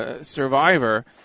survivor